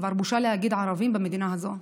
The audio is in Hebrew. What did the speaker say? כבר בושה להגיד "ערבים" במדינה הזאת,